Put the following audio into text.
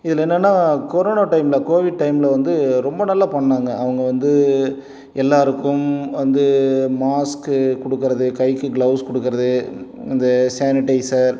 இதில் என்னென்னா கொரோனோ டைம்ல கோவிட் டைம்ல வந்து ரொம்ப நல்லா பண்ணிணாங்க அவங்க வந்து எல்லோருக்கும் வந்து மாஸ்க் கொடுக்கறது கைக்கு க்ளவுஸ் கொடுக்கறது இந்த சானிடைசர்